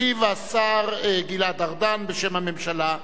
ישיב השר גלעד ארדן, בשם הממשלה.